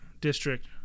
District